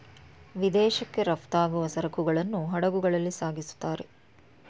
ವಿದೇಶಕ್ಕೆ ರಫ್ತಾಗುವ ಸರಕುಗಳನ್ನು ಹಡಗುಗಳಲ್ಲಿ ಸಾಗಿಸುತ್ತಾರೆ